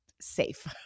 safe